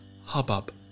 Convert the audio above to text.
hubbub